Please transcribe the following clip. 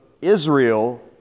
Israel